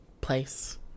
place